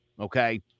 Okay